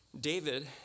David